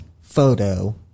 photo